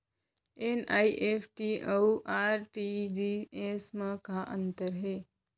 NEFT अऊ RTGS मा का अंतर हे?